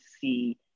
see